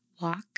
walk